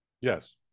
Yes